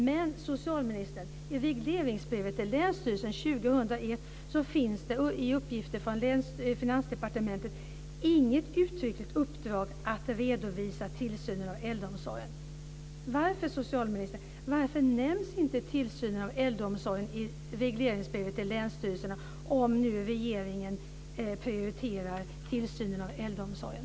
Men i regleringsbrevet till länsstyrelsen 2001 finns det, enligt uppgifter från Finansdepartementet, inget uttryckligt uppdrag att redovisa tillsynen av äldreomsorgen. Varför nämns inte tillsynen av äldreomsorgen i regleringsbrevet till länsstyrelserna, socialministern, om nu regeringen prioriterar tillsynen av äldreomsorgen?